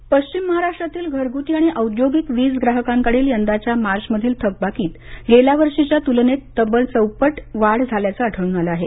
महावितरण पश्चिम महाराष्ट्रातील घरगुती आणि औद्योगिक वीज ग्राहकांकडील यंदाच्या मार्चमधील थकबाकीत गेल्या वर्षीच्या तुलनेत तब्बल चौपट वाढ झाल्याचं आढळून आलं आहे